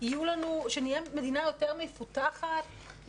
שנהיה מדינה יותר מפותחת,